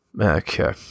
Okay